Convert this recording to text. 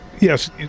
Yes